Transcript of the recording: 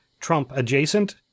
Trump-adjacent